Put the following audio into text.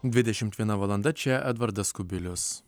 dvidešimt viena valanda čia edvardas kubilius